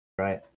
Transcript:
right